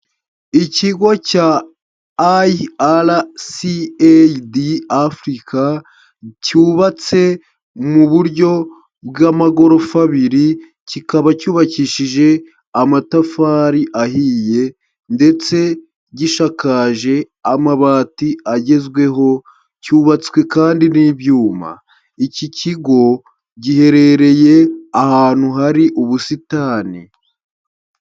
Ikigo cya ircad Africa cyubatse mu buryo bw'amagorofa abiri, kikaba cyubakishije amatafari ahiye ndetse gishakaje amabati agezweho, cyubatswe kandi n'ibyuma, iki kigo giherereye ahantu hari ubusitani.